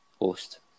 Host